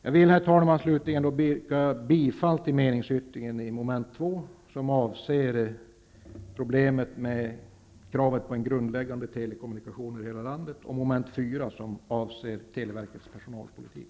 Jag vill, herr talman, yrka bifall till meningsyttringen i mom. 2, som avser kraven på grundläggande kommunikation i hela landet, och i mom. 4, som avser televerkets personalpolitik.